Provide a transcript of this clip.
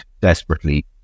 desperately